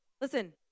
Listen